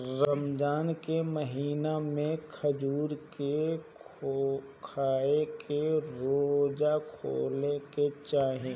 रमजान के महिना में खजूर के खाके रोज़ा खोले के चाही